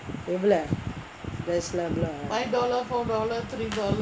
எவ்ள:evla dress லாம் எவ்ள:laam evla